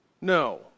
No